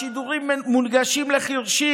השידורים מונגשים לחירשים.